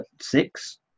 six